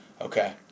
Okay